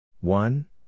One